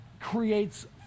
creates